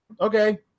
Okay